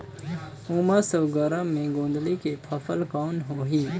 उमस अउ गरम मे गोंदली के फसल कौन होही?